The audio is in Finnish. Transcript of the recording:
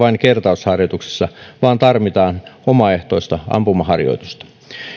vain kertausharjoituksissa vaan tarvitaan omaehtoista ampumaharjoitusta